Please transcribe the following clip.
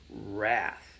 wrath